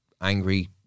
angry